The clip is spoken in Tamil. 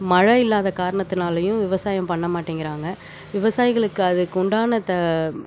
மழை இல்லாத காரணத்துனாலையும் விவசாயம் பண்ண மாட்டேங்கிறாங்க விவசாயிகளுக்கு அதுக்கு உண்டான த